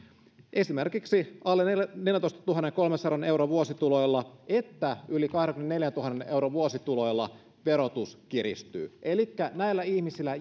esimerkiksi sekä alle neljäntoistatuhannenkolmensadan euron vuosituloilla että yli kahdenkymmenenneljäntuhannen euron vuosituloilla verotus kiristyy elikkä näille ihmisille